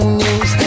news